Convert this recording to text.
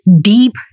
deep